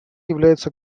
является